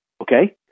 okay